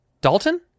Dalton